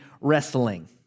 wrestling